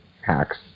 hacks